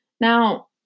Now